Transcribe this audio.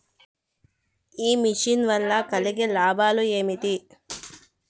ఈ మిషన్ వల్ల కలిగే లాభాలు ఏమిటి?